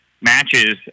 matches